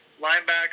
linebacker